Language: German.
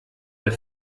der